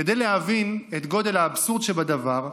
כדי להבין את גודל האבסורד שבדבר,